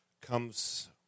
comes